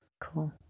Cool